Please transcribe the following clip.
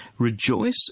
Rejoice